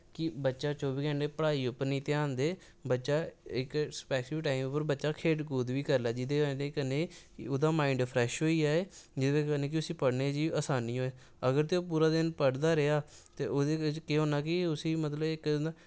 कि बच्चा चौबी घैंटे पढ़ाई उप्पर नेईं ध्यान दे बच्चा इक स्फैसिफिक टैम उप्पर इक खेढ़ कूद बी करी लै जेह्दी बजह् कन्नै ओह्दा माईंड़ फ्रैश होई जाए जेह्दे कन्नै कि उस्सी पढ़ने च बी आसानी होए अगर ते ओह् पूरा दिन पढ़दा रेहा ते ओह्दी बजह् नै केह् होना कि उस्सी